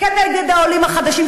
כנגד העולים החדשים,